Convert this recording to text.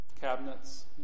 cabinets